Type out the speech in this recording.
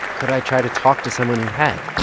could i try to talk to someone who had?